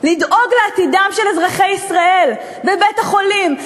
לדאוג לעתידם של אזרחי ישראל בבית-החולים,